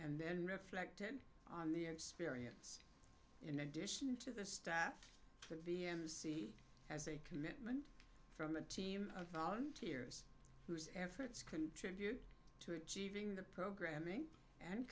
and then reflected on the experience in addition to the staff from b m c has a commitment from a team of volunteers whose efforts contribute to achieving the programming and